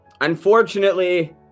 unfortunately